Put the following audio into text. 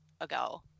ago